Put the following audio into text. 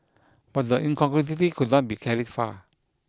but the incongruity could not be carried far